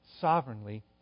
sovereignly